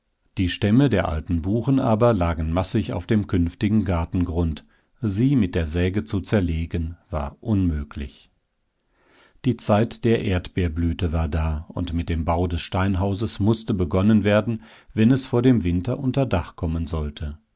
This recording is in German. die stämme der alten buchen aber lagen massig auf dem künftigen gartengrund sie mit der säge zu zerlegen war unmöglich die zeit der erdbeerblüte war da und mit dem bau des steinhauses mußte begonnen werden wenn es vor dem winter unter dach kommen sollte